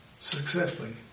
successfully